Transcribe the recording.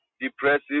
depressive